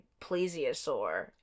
plesiosaur